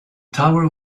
tower